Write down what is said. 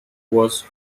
was